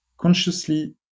consciously